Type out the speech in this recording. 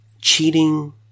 cheating